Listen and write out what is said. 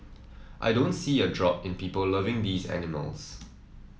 I don't see a drop in people loving these animals